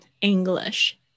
English